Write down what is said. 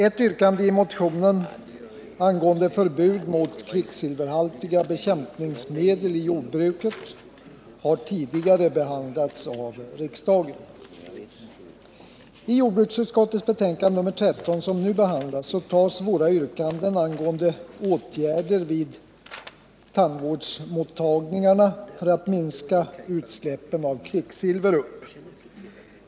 Ett yrkande i motionen angående förbud mot kvicksilverhaltiga bekämpningsmedel i jordbruket har tidigare behandlats av riksdagen. I jordbruksutskottets betänkande nr 13, som nu behandlas, tas våra yrkanden upp om åtgärder vid tandvårdsmottagningarna för att minska utsläppen av kvicksilver.